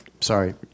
Sorry